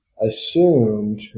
assumed